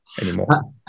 anymore